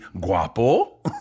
guapo